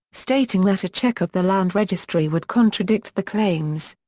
stating that a check of the land registry would contradict the claims.